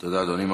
תודה, אדוני.